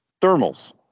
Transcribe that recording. thermals